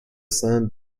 sun